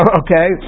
okay